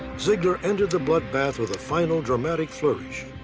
zeigler ended the bloodbath with final dramatic flourish.